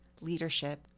leadership